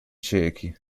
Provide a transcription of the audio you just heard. ciechi